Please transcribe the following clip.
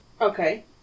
Okay